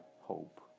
hope